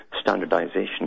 standardization